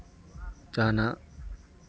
ᱡᱟᱦᱟᱱᱟᱜ